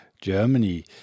Germany